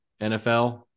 NFL